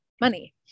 money